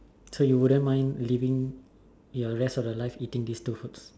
so you wouldn't mind living the rest of your life eating this two foods